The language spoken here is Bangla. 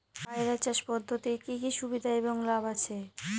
পয়রা চাষ পদ্ধতির কি কি সুবিধা এবং লাভ আছে?